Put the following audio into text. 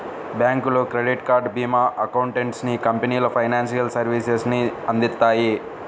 బ్యాంకులు, credit card, భీమా, accountancy కంపెనీలు ఫైనాన్షియల్ సర్వీసెస్ ని అందిత్తాయి